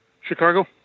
Chicago